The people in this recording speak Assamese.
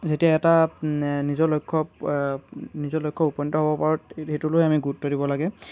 যেতিয়া এটা নিজৰ লক্ষ্যত নিজৰ লক্ষ্যত উপনীত হ'ব পাৰোঁ সেইটো লৈ আমি গুৰুত্ব দিব লাগে